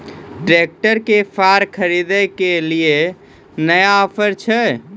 Tractor के फार खरीदारी के लिए नया ऑफर छ?